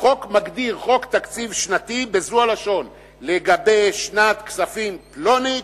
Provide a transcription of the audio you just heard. החוק מגדיר חוק תקציב שנתי בזו הלשון: לגבי שנת כספים פלונית,